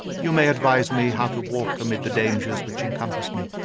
you may advise me how to walk amid the dangers which encompass me.